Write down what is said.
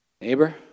neighbor